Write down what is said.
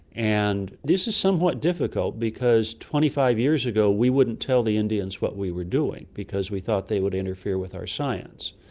and this is somewhat difficult because twenty five years ago we wouldn't tell the indians what we were doing because we thought they would interfere with our science,